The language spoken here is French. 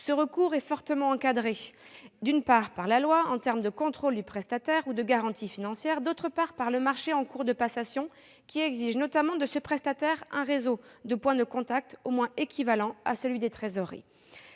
Ce recours est fortement encadré, d'une part, par la loi en termes de contrôle du prestataire ou de garantie financière, et, d'autre part par le marché en cours de passation, qui exige notamment de ce prestataire un réseau de points de contact au moins équivalent à celui des trésoreries.